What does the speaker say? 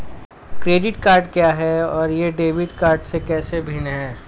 Credit card क्या है और यह डेबिट कार्ड से कैसे भिन्न है?